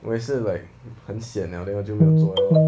我也是 like 很 sian liao then 我就没有做 lor